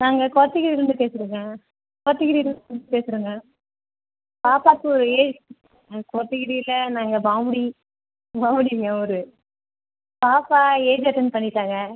நாங்கள் கோத்தகிரியில் இருந்து பேசுகிறங்க கோத்தகிரியில் இருந்து பேசுகிறங்க பாப்பாக்கு ஏஜ் கோத்தகிரியில் நாங்கள் பாம்புடி பாம்புடிங்க ஊர் பாப்பா ஏஜ் அட்டன் பண்ணிட்டாங்க